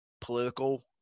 political